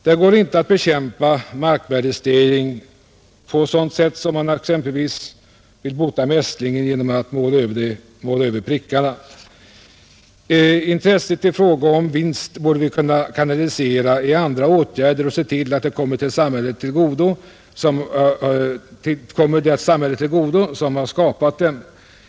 Det går inte att bekämpa markvärdestegring på samma sätt som om man exempelvis vill bota mässling genom att måla över prickarna. Intresset för vinst borde vi kunna kanalisera genom andra åtgärder och se till, att vinsten kommer det samhälle till godo som har skapat den.